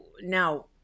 now